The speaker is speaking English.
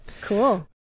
Cool